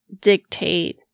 dictate